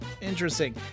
Interesting